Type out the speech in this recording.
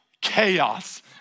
Chaos